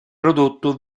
prodotto